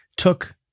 took